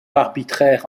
arbitraire